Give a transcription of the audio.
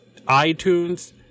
iTunes